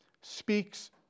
speaks